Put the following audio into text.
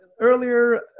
Earlier